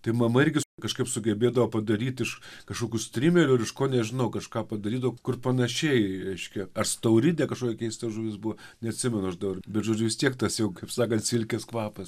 tai mama irgi kažkaip sugebėdavo padaryt iš kažkokių strimelių ar iš ko nežinau kažką padarydavo kur panašiai reiškia ar stauridė kažkokia keista žuvis buo neatsimenu aš dabar bet žodžiu tiek tas jau kaip sakant silkės kvapas